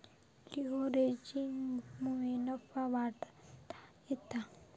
लीव्हरेजिंगमुळे नफा वाढवता येता